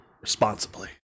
Responsibly